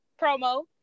promo